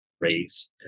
race